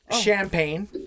champagne